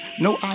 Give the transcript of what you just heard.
No